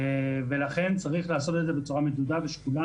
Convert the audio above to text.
לכן צריך לעשות את זה בצורה מדודה ושקולה,